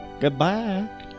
goodbye